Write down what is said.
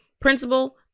Principal